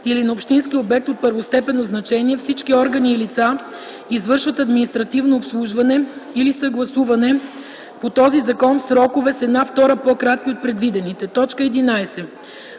или на общински обект от първостепенно значение всички органи и лица извършват административно обслужване или съгласуване по този закон в срокове, с една втора по-кратки от предвидените.” 11.